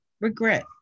regret